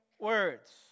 words